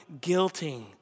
guilting